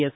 S